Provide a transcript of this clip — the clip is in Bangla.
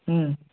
হুঁ